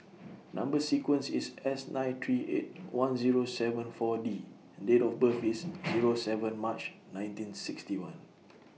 Number sequence IS S nine three eight one Zero seven four D and Date of birth IS Zero seven March nineteen sixty one